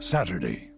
Saturday